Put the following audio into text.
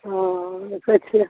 हँ देखै छी